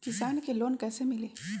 किसान के लोन कैसे मिली?